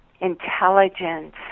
intelligence